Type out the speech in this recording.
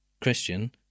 Christian